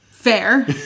Fair